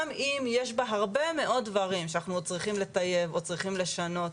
גם אם יש בה הרבה מאוד דברים שאנחנו צריכים לטייב או צריכים לשנות.